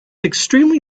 extremely